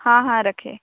हाँ हाँ रखिए